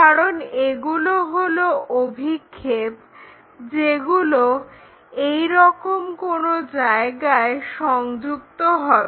কারণ এগুলো হলো অভিক্ষেপ যেগুলো এইরকম কোনো জায়গায় সংযুক্ত হবে